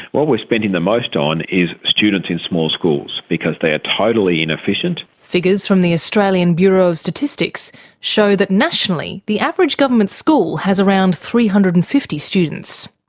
what we're spending the most on is students in small schools, because they are totally inefficient. figures from the australian bureau of statistics show that nationally the average government school has around three hundred and fifty students.